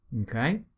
Okay